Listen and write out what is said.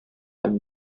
һәм